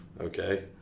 Okay